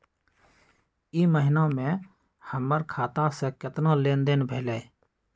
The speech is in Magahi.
ई महीना में हमर खाता से केतना लेनदेन भेलइ?